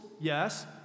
yes